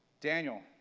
Daniel